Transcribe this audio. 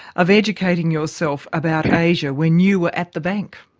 of educating yourself about asia when you were at the bank.